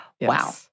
Wow